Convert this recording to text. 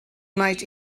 might